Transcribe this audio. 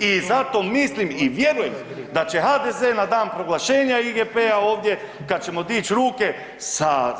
I zato mislim i vjerujem da će HDZ na dan proglašenja IGP-a ovdje kad ćemo dići ruke sa